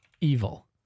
evil